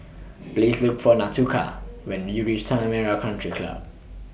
Please Look For Nautica when YOU REACH Tanah Merah Country Club